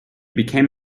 became